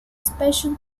special